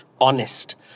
honest